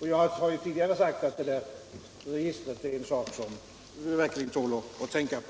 Jag har tidigare sagt att ett sådant register verkligen är en sak som det tål att tänka på.